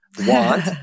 want